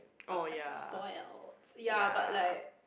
uh I'm spoiled ya but like